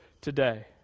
today